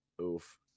Oof